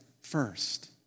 first